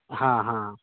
हाँ हाँ